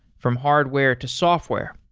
from hardware to software,